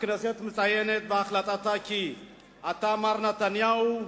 הכנסת מציינת בהחלטתה כי אתה, מר נתניהו,